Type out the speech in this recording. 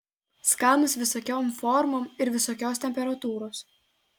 skanūs visokiom formom ir visokios temperatūros